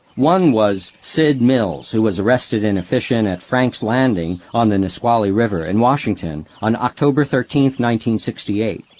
one was sid mills, who was arrested in a fish-in at frank's landing on the nisqually river in washington on october thirteen, one sixty eight.